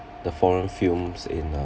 the foreign films in uh